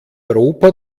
europa